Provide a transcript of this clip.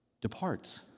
departs